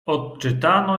odczytano